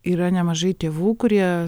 yra nemažai tėvų kurie